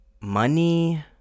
money